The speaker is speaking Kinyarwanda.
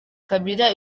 kabila